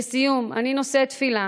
לסיום, אני נושאת תפילה